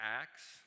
acts